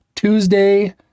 Tuesday